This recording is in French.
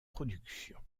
production